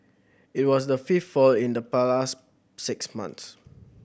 it was the fifth fall in the last six months